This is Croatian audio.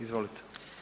Izvolite.